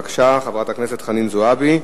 בבקשה, חברת הכנסת חנין זועבי.